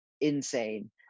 insane